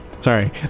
Sorry